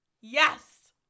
yes